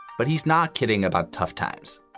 but he's not kidding about tough times.